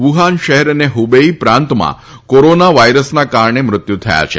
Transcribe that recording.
Wuhan શહેર અને Hubei પ્રાંતમાં કોરોના વાયરસના કારણે મૃત્યુ થયા છે